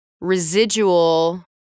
residual